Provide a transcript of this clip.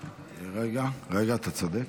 רגע, רגע, אתה צודק.